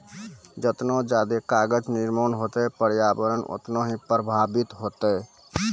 जतना जादे कागज निर्माण होतै प्रर्यावरण उतना ही प्रभाबित होतै